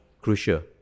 Crucial